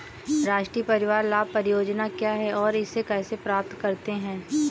राष्ट्रीय परिवार लाभ परियोजना क्या है और इसे कैसे प्राप्त करते हैं?